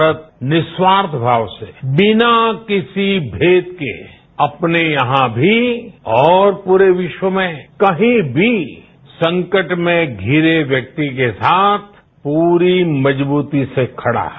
भारत निःस्वार्थ भाव से बिना किसी मेद के अपने यहां भी और पूरे विष्व में कहीं भी संकट में घिरे व्यक्ति के साथ पूरी मजबूती से खड़ा है